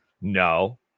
no